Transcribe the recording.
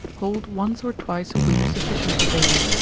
hold once or twice a week sufficient to bathe,